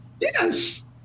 Yes